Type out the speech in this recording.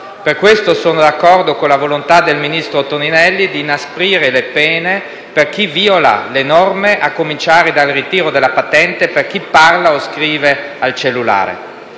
Per questo motivo, sono d'accordo con la volontà del ministro Toninelli di inasprire le pene per chi viola le norme, a cominciare dal ritiro della patente per chi parla o scrive al cellulare.